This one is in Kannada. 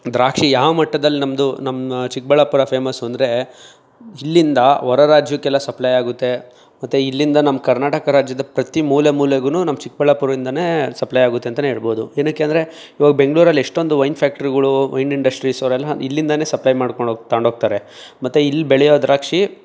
ದ್ರಾಕ್ಷಿ ಯಾವ ಮಟ್ಟದಲ್ಲಿ ನಮ್ಮದು ನಮ್ಮ ಚಿಕ್ಕಬಳ್ಳಾಪುರ ಫೇಮಸ್ಸು ಅಂದರೆ ಇಲ್ಲಿಂದ ಹೊರ ರಾಜ್ಯಕ್ಕೆಲ್ಲ ಸಪ್ಲೈ ಆಗುತ್ತೆ ಮತ್ತು ಇಲ್ಲಿಂದ ನಮ್ಮ ಕರ್ನಾಟಕ ರಾಜ್ಯದ ಪ್ರತಿ ಮೂಲೆ ಮೂಲೆಗೂ ನಮ್ಮ ಚಿಕ್ಕಬಳ್ಳಾಪುರದಿಂದಲೇ ಸಪ್ಲೈ ಆಗುತ್ತೆ ಅಂತಲೇ ಹೇಳ್ಬೋದು ಏನಕ್ಕೆ ಅಂದರೆ ಇವಾಗ ಬೆಂಗಳೂರಲ್ಲಿ ಎಷ್ಟೊಂದು ವೈನ್ ಫ್ಯಾಕ್ಟರಿಗಳು ವೈನ್ ಇಂಡಸ್ಟ್ರೀಸ್ ಅವರೆಲ್ಲ ಇಲ್ಲಿಂದಲೇ ಸಪ್ಲೈ ಮಾಡ್ಕೊಂಡೋಗಿ ತೊಗೊಂಡೋಗ್ತಾರೆ ಮತ್ತು ಇಲ್ಲಿ ಬೆಳೆಯೋ ದ್ರಾಕ್ಷಿ